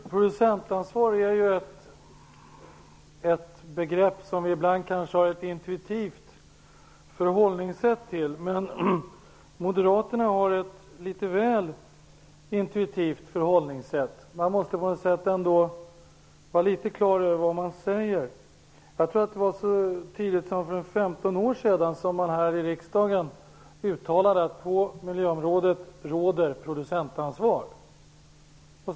Herr talman! Producentansvar är ett begrepp som vi ibland kanske har ett intuitivt förhållningssätt sätt till, och moderaterna har ett litet väl intuitivt förhållningssätt till detta. På något sätt måste man ändå vara litet klar över vad man säger. Jag tror att det var så tidigt som för ca 15 år sedan som man här i riksdagen uttalade att det råder producentansvar på miljöområdet.